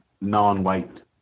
non-white